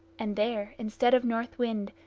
and there, instead of north wind,